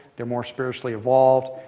they're more spiritually evolved.